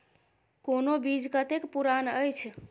कोनो बीज कतेक पुरान अछि?